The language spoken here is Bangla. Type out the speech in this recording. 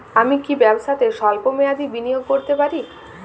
আমি কি ব্যবসাতে স্বল্প মেয়াদি বিনিয়োগ করতে পারি?